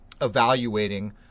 evaluating